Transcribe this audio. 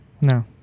No